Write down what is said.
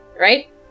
right